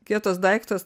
kietas daiktas